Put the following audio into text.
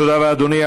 תודה רבה, אדוני.